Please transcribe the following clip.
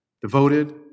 Devoted